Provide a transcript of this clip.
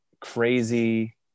crazy